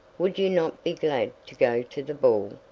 would you not be glad to go to the ball?